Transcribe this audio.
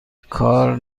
کار